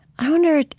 i wonder,